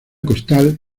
costal